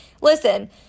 listen